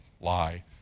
lie